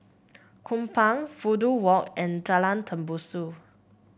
Kupang Fudu Walk and Jalan Tembusu